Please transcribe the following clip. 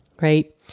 right